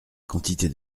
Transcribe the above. quantité